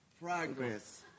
Progress